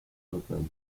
copeland